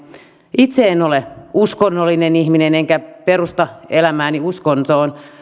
itse en ole uskonnollinen ihminen enkä perusta elämääni uskontoon